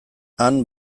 han